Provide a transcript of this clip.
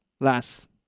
last